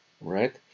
right